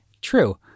True